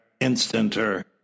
instanter